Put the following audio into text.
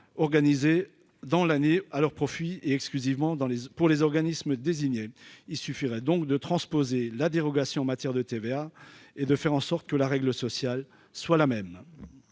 organisées dans l'année à leur profit exclusif par les organismes désignés ». Il suffit de transposer la dérogation en matière de TVA, pour faire en sorte que la règle sociale soit la même